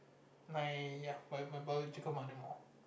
my ya my biological mother more